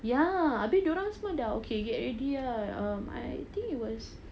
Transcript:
ya abeh dorang semua orang dah get ready ah I think it was